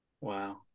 Wow